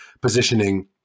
positioning